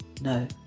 no